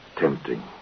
tempting